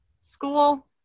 school